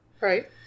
Right